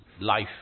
life